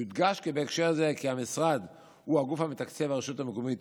יודגש בהקשר זה כי המשרד הוא הגוף המתקצב והרשות המקומית,